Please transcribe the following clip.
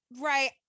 Right